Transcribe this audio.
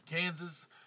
Kansas